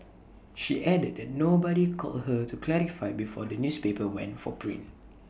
she added that nobody called her to clarify before the newspaper went for print